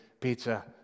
pizza